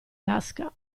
tasca